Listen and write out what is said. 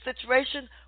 situation